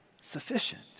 sufficient